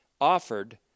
offered